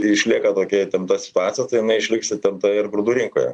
išlieka tokia įtempta situacija tai jinai išliks įtempta ir grūdų rinkoje